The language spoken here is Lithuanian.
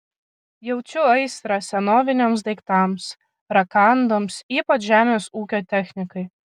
jaučiu aistrą senoviniams daiktams rakandams ypač žemės ūkio technikai